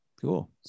cool